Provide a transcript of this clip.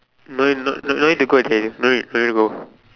no no no need to go actually no need no need go